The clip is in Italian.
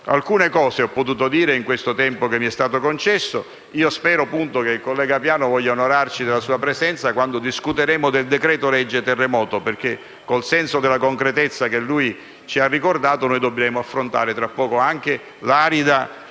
Alcune cose ho potuto dirle nel tempo che mi è stato concesso per intervenire. Spero che il collega Piano voglia onorarci della sua presenza quando discuteremo del decreto-legge sul terremoto, perché con il senso della concretezza che ci ha ricordato dovremo affrontare tra poco anche l'arida